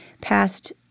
past